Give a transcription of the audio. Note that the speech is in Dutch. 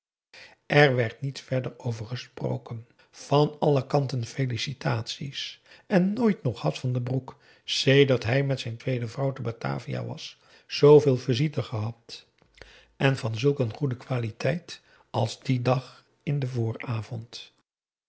er werd niet verder over gesproken van alle kanten felicitaties en nooit nog had van den broek sedert hij met zijn tweede vrouw te batavia was zooveel visite gehad en van zulk een goede qualiteit als dien dag in den vooravond